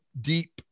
deep